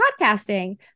podcasting